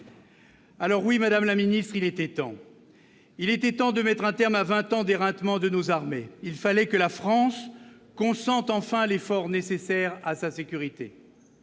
Alors oui, madame la ministre, il était temps. Il était temps de mettre un terme à vingt ans d'éreintement de nos armées. Il fallait que la France consente enfin l'effort nécessaire à sa sécurité.